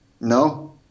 No